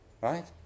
Right